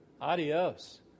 adios